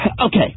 Okay